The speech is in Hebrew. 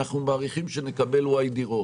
אנחנו מעריכים שנקבל מספר דירות מסוים,